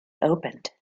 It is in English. opened